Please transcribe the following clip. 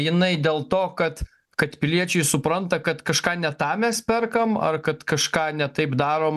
jinai dėl to kad kad piliečiai supranta kad kažką ne tą mes perkam ar kad kažką ne taip darom